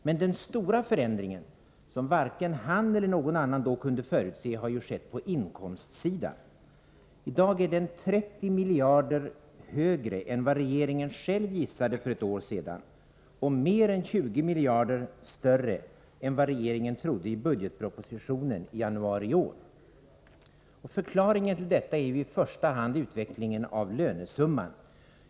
Men den stora förändringen, som varken han eller någon annan då kunde förutse, har ju skett på inkomstsidan. Den är i dag 30 miljarder kronor högre än vad regeringen själv gissade för ett år sedan och mer än 20 miljarder kronor större än vad regeringen trodde i budgetpropositionen i januari i år. Förklaringen till det är i första hand utvecklingen av lönesumman.